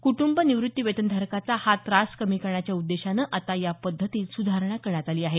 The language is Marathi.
कुटुंब निवृत्तीवेतनधारकांचा हा त्रास कमी करण्याच्या उद्देशानं आता या पद्धतीत सुधारणा करण्यात आली आहे